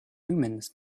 omens